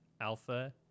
Alpha